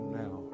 now